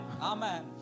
Amen